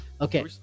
Okay